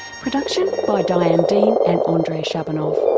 production by diane dean and ah andrei shabunov.